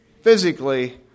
physically